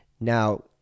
Now